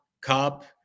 cup